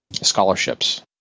scholarships